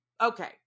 Okay